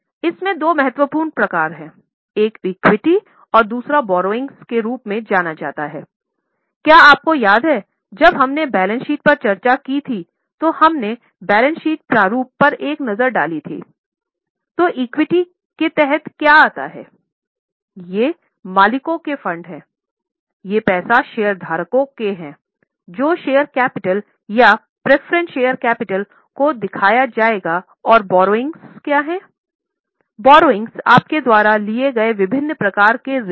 इसमें दो महत्वपूर्ण प्रकार हैं एक इक्विटी आपके द्वारा लिए गए विभिन्न प्रकार के ऋण हैं